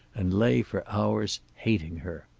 and lay for hours hating her.